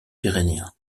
pyrénéen